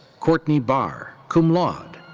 courtney bahr, cum laude.